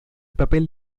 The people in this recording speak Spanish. papel